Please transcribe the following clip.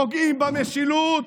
פוגעים במשילות,